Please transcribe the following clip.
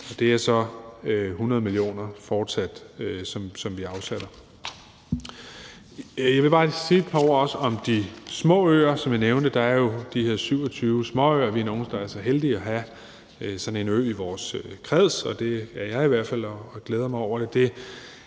så fortsat 100 mio. kr., som vi afsætter. Jeg vil også bare sige et par ord om de små øer, som jeg nævnte. Der er jo de her 27 småøer – vi er nogle, der er så heldige at have sådan en ø i vores kreds; det er jeg i hvert fald, og jeg glæder mig over det